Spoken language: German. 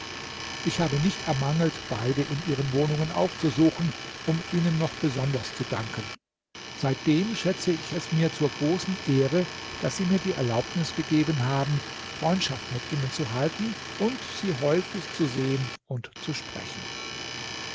ich habe nicht ermangelt beide in ihren wohnungen aufzusuchen um ihnen noch besonders zu danken seitdem schätze ich es mir zur großen ehre daß sie mir die erlaubnis gegeben haben freundschaft mit ihnen zu halten und sie häufig zu sehen und zu sprechen